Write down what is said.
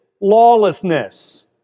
lawlessness